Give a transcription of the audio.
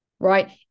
right